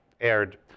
aired